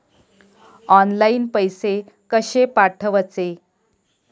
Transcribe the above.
Online पैसे कशे पाठवचे?